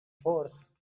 force